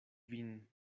vin